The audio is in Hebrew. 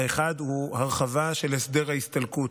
האחד הוא הרחבה של הסדר ההסתלקות.